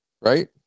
Right